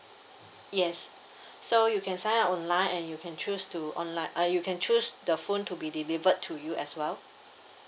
yes so you can sign up online and you can choose to online uh you can choose the phone to be delivered to you as well